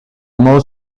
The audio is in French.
mot